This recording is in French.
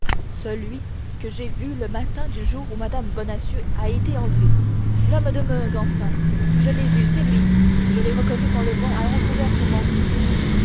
celui que j'ai vu le matin du jour où mme bonacieux a été enlevée l'homme de meung enfin je l'ai vu c'est lui je l'ai reconnu quand le vent a entrouvert son manteau